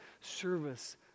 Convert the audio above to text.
service